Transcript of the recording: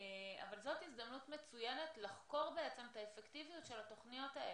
אבל זו הזדמנות מצוינת לחקור את האפקטיביות של התוכניות האלה.